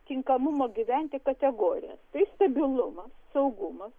tinkamumo gyventi kategorijas tai stabilumas saugumas